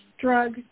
drug